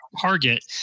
target